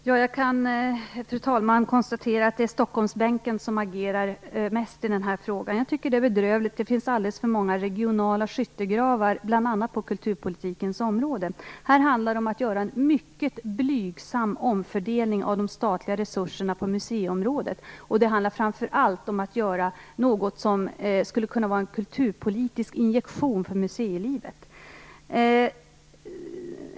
Fru talman! Jag kan konstatera att det är Stockholmsbänken som agerar mest i den här frågan, och jag tycker det är bedrövligt. Det finns alldeles för många regionala skyttegravar bl.a. på kulturpolitikens område. Här handlar det om att göra en mycket blygsam omfördelning av de statliga resurserna på museiområdet. Men framför allt handlar det om att göra något som skulle kunna vara en kulturpolitisk injektion för museilivet.